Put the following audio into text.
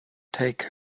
take